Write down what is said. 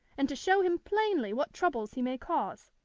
and to show him plainly what troubles he may cause,